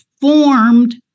formed